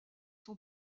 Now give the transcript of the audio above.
son